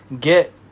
get